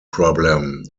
problem